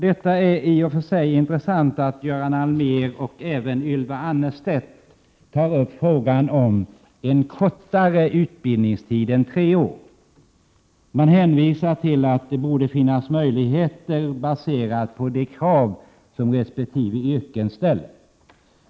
Det är i och för sig intressant att Göran Allmér och även Ylva Annerstedt tar upp frågan om en kortare utbildningstid än tre år. De hänvisar till att utbildningstidens längd bör baseras på de krav som resp. yrken ställer.